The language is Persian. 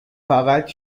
فقط